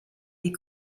des